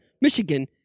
Michigan